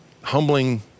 humbling